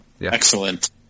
Excellent